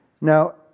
Now